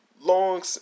long